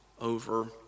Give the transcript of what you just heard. over